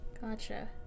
Gotcha